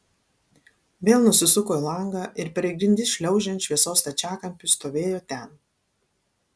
vėl nusisuko į langą ir per grindis šliaužiant šviesos stačiakampiui stovėjo ten